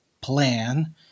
plan